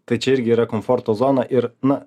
tai čia irgi yra komforto zona ir na